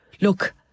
Look